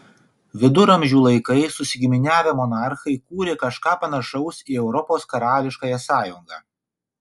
viduramžių laikais susigiminiavę monarchai kūrė kažką panašaus į europos karališkąją sąjungą